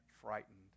frightened